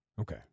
Okay